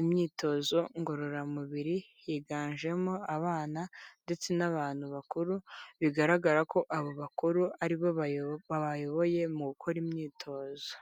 imyitozo ngororamubiri, higanjemo abana ndetse n'abantu bakuru, bigaragara ko abo bakuru ari bo babayoboye mu gukora imyitozo.